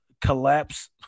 collapse